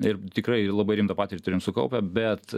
ir tikrai labai rimtą patirtį turim sukaupę bet